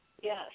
Yes